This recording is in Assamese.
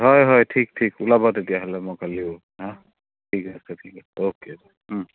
হয় হয় ঠিক ঠিক ওলাবা তেতিয়াহ'লে মই কালিয়ো অঁ ঠিক আছে ঠিক আছে অ'কে